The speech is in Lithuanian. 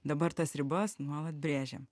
dabar tas ribas nuolat brėžiam